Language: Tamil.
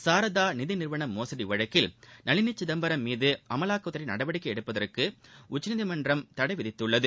சாரதா நிதி நிறுவன மோசடி வழக்கில் நளினி சிதம்பரம் மீதுஅ மலாக்கத்துறை நடவடிக்கை எடுப்பதற்கு உச்சநீதி மன்றம் தடைவி தித்துள்ளது